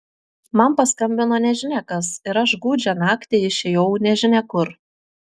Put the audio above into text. man paskambino nežinia kas ir aš gūdžią naktį išėjau nežinia kur